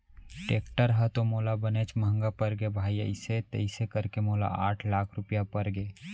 tractor ह तो मोला बनेच महँगा परगे भाई अइसे तइसे करके मोला आठ लाख रूपया परगे